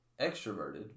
extroverted